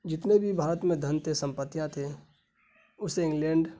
جتنے بھی بھارت میں دھن تھے سمپتیاں تھیں اسے انگلینڈ